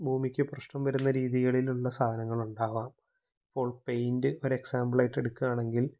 ഭൂമിക്ക് പ്രശ്നം വരുന്ന രീതികളിലുള്ള സാധനങ്ങളുണ്ടാവാം ഇപ്പോള് പെയ്ന്റ് ഒരെക്സാമ്പിളായിട്ടെടുക്കുകയാണെങ്കില്